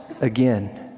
again